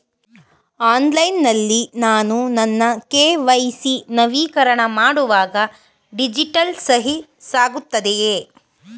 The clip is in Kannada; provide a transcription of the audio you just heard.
ಆನ್ಲೈನ್ ನಲ್ಲಿ ನಾನು ನನ್ನ ಕೆ.ವೈ.ಸಿ ನವೀಕರಣ ಮಾಡುವಾಗ ಡಿಜಿಟಲ್ ಸಹಿ ಸಾಕಾಗುತ್ತದೆಯೇ?